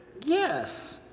yes.